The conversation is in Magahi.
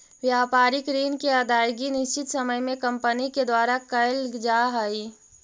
व्यापारिक ऋण के अदायगी निश्चित समय में कंपनी के द्वारा कैल जा हई